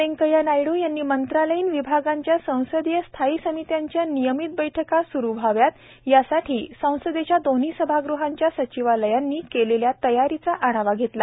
व्यंकैय्या नायडू यांनी मंत्रालयीन विभागांच्या संसदीय स्थायी समित्यांच्या नियमीत बैठका स्रु व्हाव्यात यासाठी संसदेच्या दोन्ही सभागृहांच्या सचिवालयांनी केलेल्या तयारीचा आढावा घेतला